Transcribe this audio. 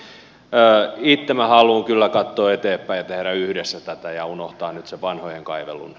itse minä haluan kyllä katsoa eteenpäin tehdä yhdessä tätä ja unohtaa nyt sen vanhojen kaivelun